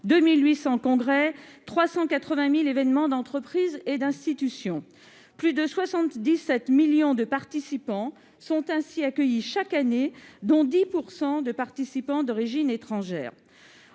2 800 congrès et 380 000 événements d'entreprises et d'institutions. Plus de 77 millions de participants sont ainsi accueillis chaque année, dont 10 % de participants d'origine étrangère.